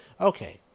Okay